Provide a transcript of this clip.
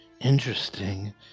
interesting